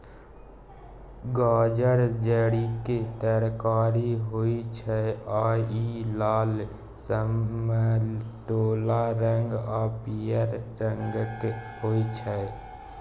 गाजर जड़िक तरकारी होइ छै आ इ लाल, समतोला रंग आ पीयर रंगक होइ छै